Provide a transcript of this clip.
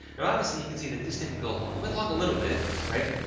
now, obviously you can see that this didn't go long. it went long, a little bit, right?